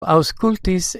aŭskultis